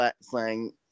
slang